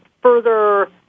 further